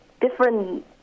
different